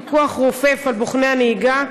פיקוח רופף על בוחני הנהיגה,